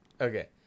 Okay